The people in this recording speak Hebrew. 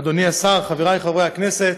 אדוני השר, חברי חברי הכנסת,